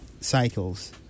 cycles